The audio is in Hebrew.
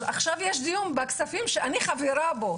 אז עכשיו יש דיון בכספים שאני חברה בו.